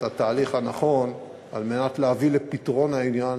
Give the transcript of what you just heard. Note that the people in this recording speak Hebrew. התהליך הנכון על מנת להביא לפתרון העניין,